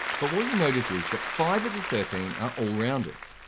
but what you notice is that five of the thirteen are allrounders.